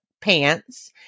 pants